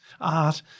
art